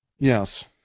Yes